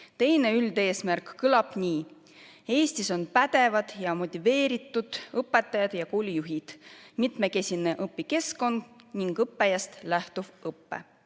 Teine üldeesmärk kõlab nii: "Eestis on pädevad ja motiveeritud õpetajad ja koolijuhid, mitmekesine õpikeskkond ning õppijast lähtuv õpe."